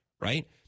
right